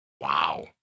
wow